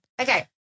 okay